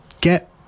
get